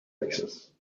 access